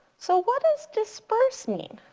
so what does disperse mean?